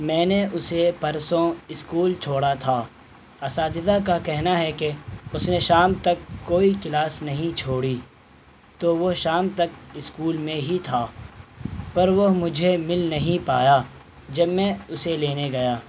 میں نے اسے پرسوں اسکول چھوڑا تھا اساتذہ کا کہنا ہے کہ اس نے شام تک کوئی کلاس نہیں چھوڑی تو وہ شام تک اسکول میں ہی تھا پر وہ مجھے مل نہیں پایا جب میں اسے لینے گیا